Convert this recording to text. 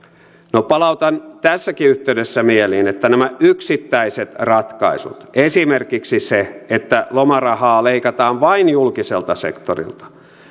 no palautan tässäkin yhteydessä mieliin että nämä yksittäiset ratkaisut esimerkiksi se että lomarahaa leikataan vain julkiselta sektorilta